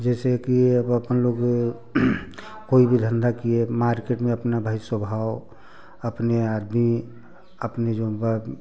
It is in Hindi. जैसे कि अब अपन लोग कोई भी धंधा किए मार्केट में अपना भाई स्वभाव अपने आदमी अपने